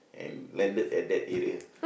and landed at that area